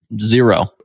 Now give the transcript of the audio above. zero